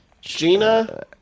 Gina